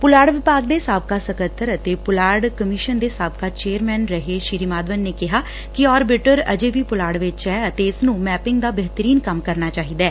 ਪੁਲਾੜ ਵਿਭਾਗ ਦੇ ਸਾਬਕਾ ਸਕੱਤਰ ਅਤੇ ਪੁਲਾੜ ਕਮਿਸ਼ਨ ਦੇ ਸਾਬਕਾ ਚੇਅਰਮੈਨ ਸ੍ਰੀ ਮਾਧਵਨ ਨੇ ਕਿਹਾ ਕਿ ਆਰਬਿਟਰ ਅਜੇ ਵੀ ਪੁਲਾੜ ਚ ਐ ਅਤੇ ਇਸ ਨੂੰ ਮੈਪਿੰਗ ਦਾ ਬੇਹਤਰੀਨ ਕੰਮ ਕਰਨਾ ਚਾਹੀਦੈ